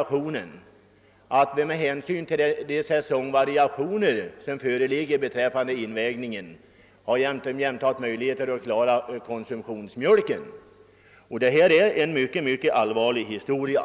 varandra. Med hänsyn till säsongvariationerna beträffande invägningen föreligger emellertid redan nu den situationen att vi just precis klarar efterfrågan på konsumtionsmjölk. Detta är en mycket allvarlig historia.